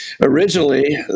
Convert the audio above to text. originally